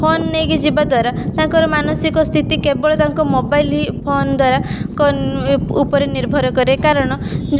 phone ନେଇକି ଯିବା ଦ୍ୱାରା ତାଙ୍କ ମାନସିକ ସ୍ଥିତି କେବଳ ତାଙ୍କ ମୋବାଇଲ ହିଁ ଫୋନ ଦ୍ବାରା କନ ଏ ଉପରେ ନିର୍ଭର କରେ କାରଣ